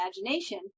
imagination